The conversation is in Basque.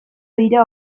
dira